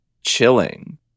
chilling